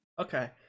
okay